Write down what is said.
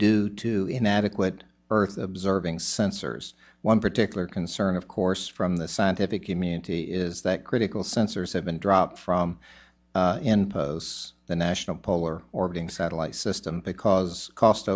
due to inadequate earth observing sensors one particular concern of course from the scientific community is that critical sensors have been dropped from and pose the national polar orbiting satellite system because cost